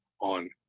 on